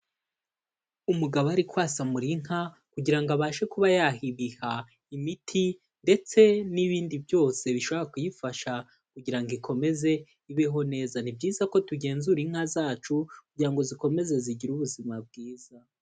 Umugabo ari kwasamura inka kugira ngo abashe kuba yayiha imiti ndetse n'ibindi byose bishobora kuyifasha, kugira ngo ikomeze ibeho neza. Ni byiza ko tugenzura inka zacu kugira ngo zikomeze zigire ubuzima bwiza.